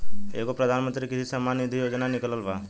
एगो प्रधानमंत्री कृषि सम्मान निधी योजना निकलल बा